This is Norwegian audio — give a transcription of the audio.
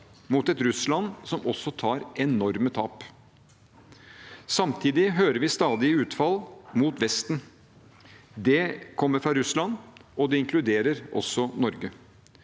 mot et Russland som også tar enorme tap. Samtidig hører vi stadige utfall mot Vesten. De kommer fra Russland, og det inkluderer Norge.